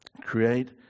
Create